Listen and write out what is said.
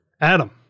Adam